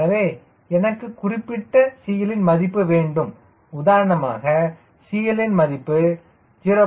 எனவே எனக்கு குறிப்பிட்ட CL ன் மதிப்பு வேண்டும் உதாரணமாக CL ன் மதிப்பு 0